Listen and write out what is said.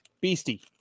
Beastie